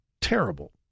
terrible